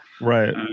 Right